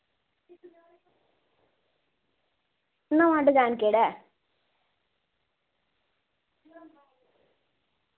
नमां डजैन केह्ड़ा ऐ